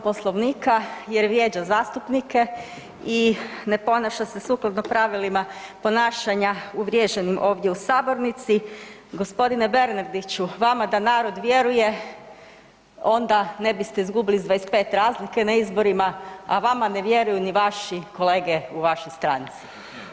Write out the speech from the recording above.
Poslovnika jer vrijeđa zastupnike i ne ponaša se sukladno pravilima ponašanja uvriježenim ovdje u sabornici. g. Bernardiću, vama da narod vjeruje onda ne biste izgubili s 25 razlike na izborima, a vama ne vjeruju ni vaši kolege u vašoj stranci.